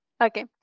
Okay